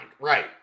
right